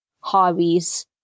hobbies